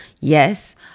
Yes